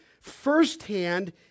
firsthand